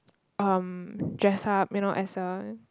um dress up you know as well